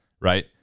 right